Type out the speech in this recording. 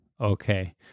okay